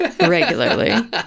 regularly